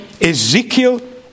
Ezekiel